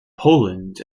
poland